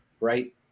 right